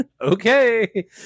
okay